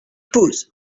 pose